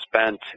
spent